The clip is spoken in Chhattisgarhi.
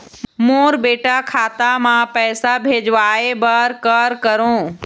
मोर बेटा खाता मा पैसा भेजवाए बर कर करों?